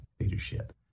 leadership